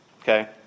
okay